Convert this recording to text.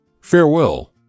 Farewell